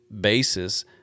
basis